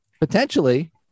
Potentially